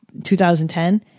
2010